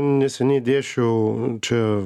neseniai dėsčiau čia